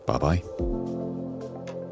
Bye-bye